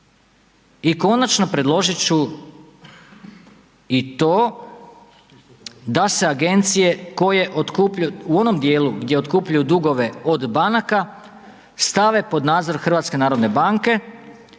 I konačno predložit ću i to da se agencije koje otkupljuju, u onom dijelu gdje otkupljuju dugove od banaka stave pod nadzor HNB-a jer govorio sam